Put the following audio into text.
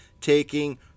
taking